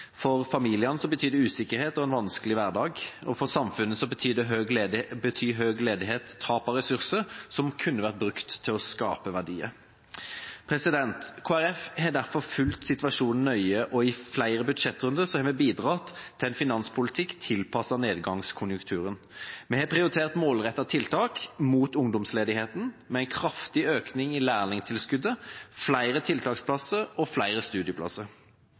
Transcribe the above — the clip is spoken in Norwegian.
For familiene betyr det usikkerhet og en vanskelig hverdag, og for samfunnet betyr høy ledighet tap av ressurser som kunne vært brukt til å skape verdier. Kristelig Folkeparti har derfor fulgt situasjonen nøye, og i flere budsjettrunder har vi bidratt til en finanspolitikk tilpasset nedgangskonjunkturen. Vi har prioritert målrettede tiltak mot ungdomsledigheten med en kraftig økning i lærlingtilskuddet, flere tiltaksplasser og flere studieplasser.